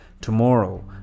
Tomorrow